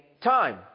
time